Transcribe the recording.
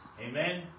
Amen